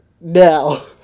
now